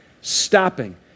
stopping